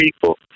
people